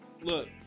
look